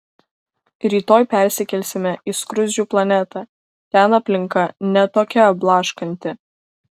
rytoj persikelsime į skruzdžių planetą ten aplinka ne tokia blaškanti